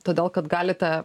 todėl kad galite